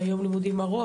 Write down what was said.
ביום לימודים ארוך,